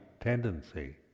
tendency